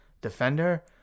defender